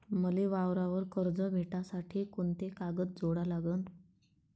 मले वावरावर कर्ज भेटासाठी कोंते कागद जोडा लागन?